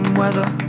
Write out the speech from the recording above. weather